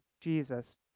Jesus